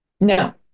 No